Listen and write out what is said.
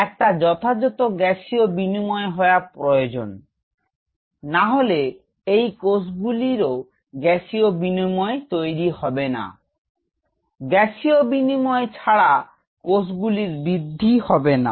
একটা যথাযথ গ্যাসীয় বিনিময় হওয়া প্রয়োজন নাহলে এই কোষগুলিরও গ্যাসীয় বিনিময় তৈরি হবে না গ্যাসীয় বিনিময় ছাড়া কোষগুলির বৃদ্ধিও হবে না